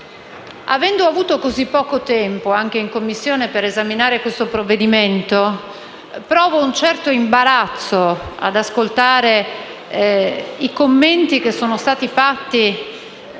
avendo avuto così poco tempo, anche in Commissione, per esaminare questo provvedimento, provo un certo imbarazzo ad ascoltare i commenti fatti